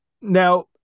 Now